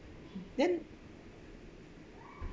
then